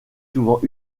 souvent